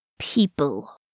People